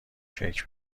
کیک